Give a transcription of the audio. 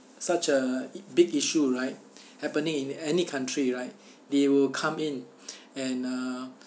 such a big issue right happening in any country right they will come in and uh